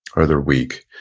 or they're weak.